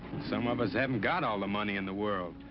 some of us haven't got all the money in the world.